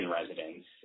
residents